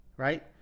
right